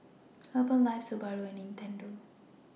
Herbalife Subaru and Nintendo